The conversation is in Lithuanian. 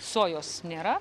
sojos nėra